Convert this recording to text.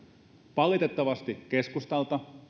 valitettavasti keskustalta